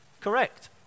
Correct